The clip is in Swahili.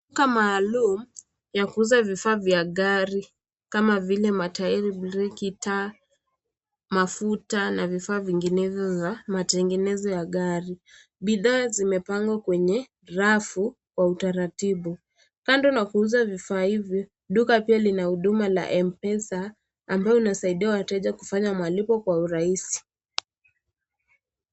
Duka maalum ya kuuza vifaa vya gari kama vile matail , breki , taa ,mafuta na vifaa vinginevyo vya matengenezo ya gari . Bidhaa zimepangwa kwenye rafu kwa utaratiibu . Kando na kuuza vifaa hivi duka pia lina huduma la Mpesa ambayo unasaidia wateja kufanya malipo kwa urahisi.